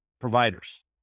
providers